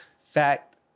fact